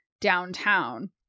downtown